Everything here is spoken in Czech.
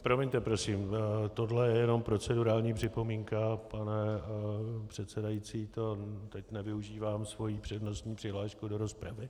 Promiňte, prosím, tohle je jenom procedurální připomínka, pane předsedající, to teď nevyužívám svoji přednostní přihlášku do rozpravy.